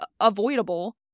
avoidable